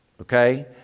Okay